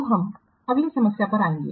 अब हम अगली समस्या पर आएंगे